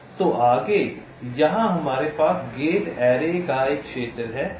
तो आगे यहाँ हमारे पास गेट एरेज़ का एक क्षेत्र है